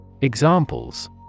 Examples